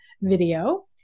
Video